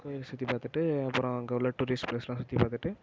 கோயிலை சுற்றி பார்த்துட்டு அப்புறம் அங்கே உள்ள டூரிஸ்ட் பிளேஸ்யெலாம் சுற்றி பார்த்துட்டு